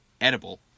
edible